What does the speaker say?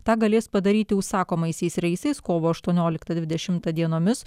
tą galės padaryti užsakomaisiais reisais kovo aštuonioliktą dvidešimtą dienomis